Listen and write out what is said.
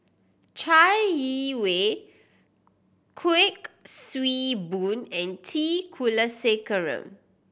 Chai Yee Wei Kuik Swee Boon and T Kulasekaram